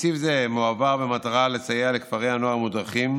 תקציב זה מועבר במטרה לסייע לכפרי הנוער המודרכים